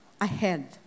ahead